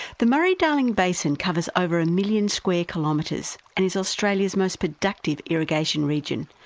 the murray-darling basin covers over a million square kilometres and is australia's most productive irrigation region,